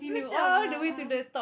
dua jam mak ah